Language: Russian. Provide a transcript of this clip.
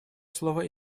слово